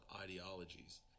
ideologies